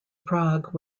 prague